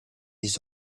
his